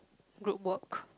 group work